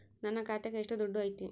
ನನ್ನ ಖಾತ್ಯಾಗ ಎಷ್ಟು ದುಡ್ಡು ಐತಿ?